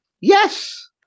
Yes